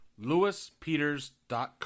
lewispeters.com